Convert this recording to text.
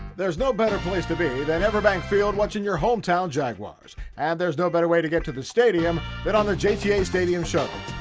there's no better place to be than everbank field watching your hometown jaguars and there's no better way to get to the stadium than on a jta stadium shuttle.